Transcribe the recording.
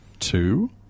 Two